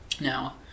Now